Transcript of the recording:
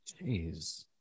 Jeez